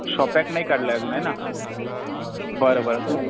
shop act नाही काढलं आहे अजून है ना बरं बरं